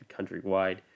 countrywide